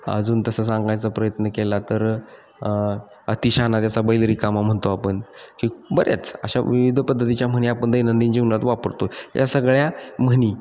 अजून तसं सांगायचा प्रयत्न केला तर अति शहाणा त्याचा बैल रिकामा म्हणतो आपण की बऱ्याच अशा विविध पद्धतीच्या म्हणी आपन दैनंदिन जीवनात वापरतो या सगळ्या म्हणी